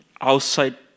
outside